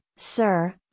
Sir